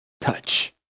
touch